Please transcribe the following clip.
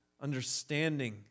understanding